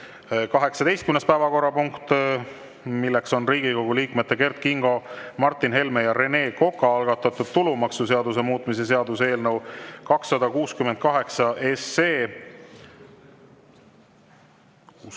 18. päevakorrapunkt: Riigikogu liikmete Kert Kingo, Martin Helme ja Rene Koka algatatud tulumaksuseaduse muutmise seaduse eelnõu 268.